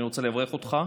אני רוצה לברך אותך.